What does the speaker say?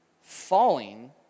Falling